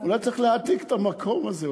אולי צריך להעתיק את המקום הזה.